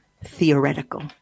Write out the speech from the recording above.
theoretical